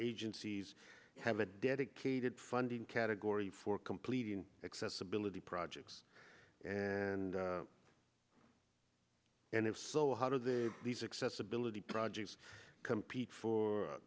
agencies have a dedicated funding category for completing accessibility projects and and if so how do these accessibility projects compete for